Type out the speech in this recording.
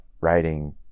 writing